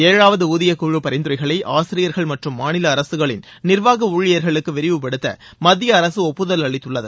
ஏழாவது ஊதியக்குழு பரிந்துரைகளை ஆசிரியர்கள் மற்றும் மாநில அரககளின் நிர்வாக ஊழியர்களுக்கு விரிவுபடுத்த மத்திய அரசு ஒப்புதல் அளித்துள்ளது